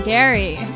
Gary